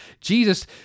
Jesus